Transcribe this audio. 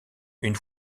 une